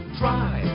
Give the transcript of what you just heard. try